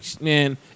man